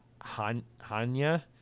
Hanya